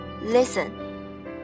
Listen